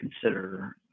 consider